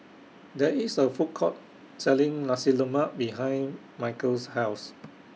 There IS A Food Court Selling Nasi Lemak behind Michale's House